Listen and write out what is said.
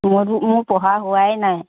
মইতো মোৰ পঢ়া হোৱাই নাই